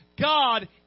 God